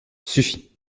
suffit